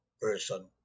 person